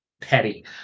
petty